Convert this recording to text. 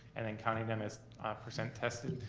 and then counting them as percent tested.